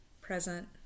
present